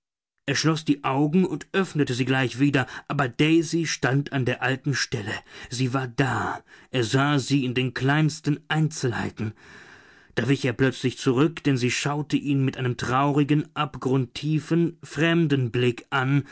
er schloß die augen und öffnete sie gleich wieder aber daisy stand an der alten stelle sie war da er sah sie in den kleinsten einzelheiten da wich er plötzlich zurück denn sie schaute ihn mit einem traurigen abgrundtiefen fremden blick an